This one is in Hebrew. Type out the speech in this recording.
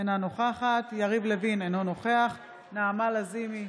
אינה נוכחת יריב לוין, אינו נוכח נעמה לזימי,